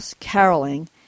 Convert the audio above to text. caroling